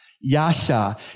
Yasha